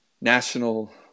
national